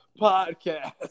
podcast